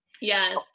Yes